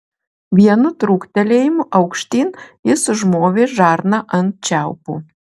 vienu trūktelėjimu aukštyn jis užmovė žarną ant čiaupo